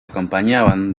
acompañaban